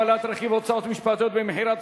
הגבלת רכיב ההוצאות המשפטיות במחיר),